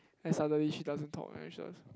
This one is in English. and suddenly she doesn't talk and then she just